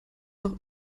doch